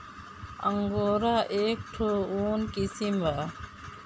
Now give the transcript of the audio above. angora एक ठो ऊन के किसिम बा